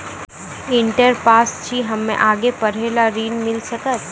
Inter pass छी हम्मे आगे पढ़े ला ऋण मिल सकत?